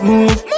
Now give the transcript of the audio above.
Move